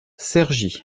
cergy